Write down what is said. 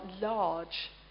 large